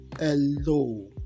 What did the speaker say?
Hello